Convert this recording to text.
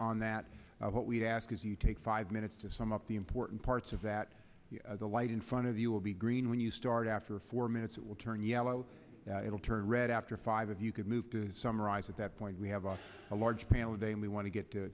on that what we ask is you take five minutes to sum up the important parts of that the light in front of you will be green when you start after four minutes it will turn yellow it'll turn red after five if you could move to summarize at that point we have a large family day and we want to get to